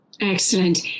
Excellent